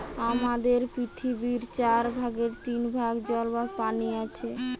আমাদের পৃথিবীর চার ভাগের তিন ভাগ জল বা পানি আছে